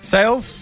Sales